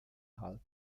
halten